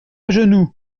genoux